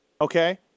okay